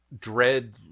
dread